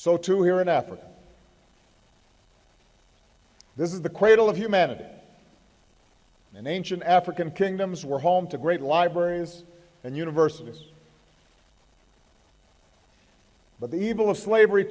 so to here in africa this is the cradle of humanity and ancient african kingdoms were home to great libraries and universities but the evil of slavery